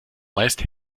meist